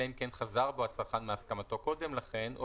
אלא אם כן חזר בו הצרכן מהסכמתו קודם לכן או